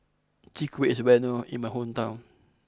Chwee Kueh is well known in my hometown